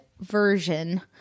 Version